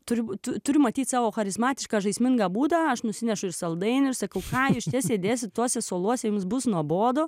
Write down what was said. turbūt turiu matyt savo charizmatišką žaismingą būdą aš nusinešu saldainių ir sakau ką jūs čia sėdėsite tuose suoluose jums bus nuobodu